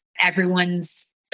everyone's